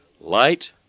Light